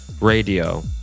radio